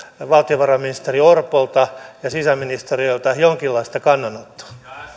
valtiovarainministeri orpolta ja sisäministeriöltä jonkinlaista kannanottoa